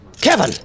Kevin